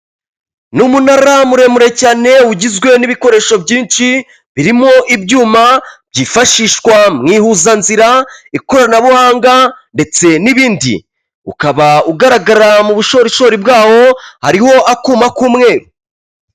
Ni umunara muremure cyane ugizwe n'ibikoresho byinshi birimo ibyuma byifashishwa mu ihuzanzira, ikoranabuhanga ndetse n'ibindi, ukaba ugaragara mu bushorishori bwawo hariho akuma k'umweru.